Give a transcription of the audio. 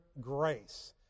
grace